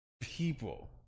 people